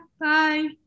Bye